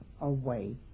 away